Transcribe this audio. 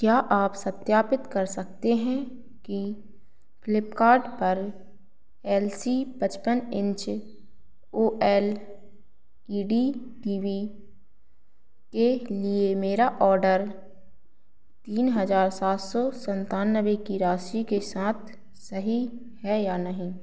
क्या आप सत्यापित कर सकते हैं कि फ़्लिपकार्ट पर एल सी पचपन inch O L E D T V के लिए मेरा ऑर्डर तीन हज़ार सात सौ सन्तानवे की राशि के साथ सही है या नहीं